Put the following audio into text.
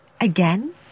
again